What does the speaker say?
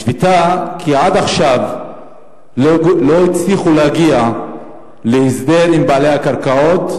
השביתה היא כי עד עכשיו לא הצליחו להגיע להסדר עם בעלי הקרקעות.